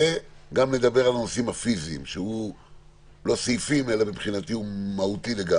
ונדבר גם על הנושאים הפיזיים שמבחינתי הם לגמרי מהותיים.